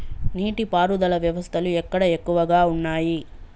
నీటి పారుదల వ్యవస్థలు ఎక్కడ ఎక్కువగా ఉన్నాయి?